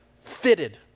fitted